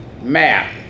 map